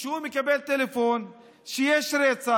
כשהוא מקבל טלפון שיש רצח,